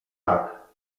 tak